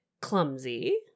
clumsy